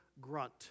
grunt